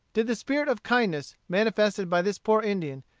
did the spirit of kindness, manifested by this poor indian,